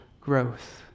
growth